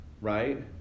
right